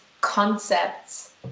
concepts